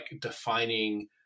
defining